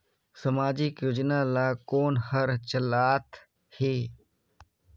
समाजिक योजना ला कोन हर चलाथ हे?